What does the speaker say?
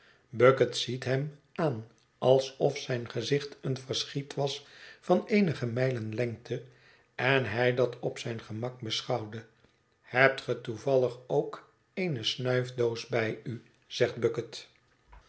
bucket ziet hem aan alsof zijn gezicht een verschiet was van eenige mijlen lengte en hij dat op zijn gemak beschouwde hebt ge toevallig ook eene snuifdoos bij u zegt bucket